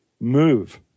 move